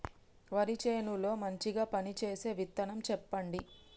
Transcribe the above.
వరి చేను లో మంచిగా పనిచేసే విత్తనం చెప్పండి?